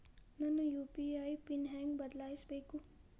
ನನ್ನ UPI PIN ಹೆಂಗ್ ಬದ್ಲಾಯಿಸ್ಬೇಕು?